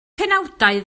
penawdau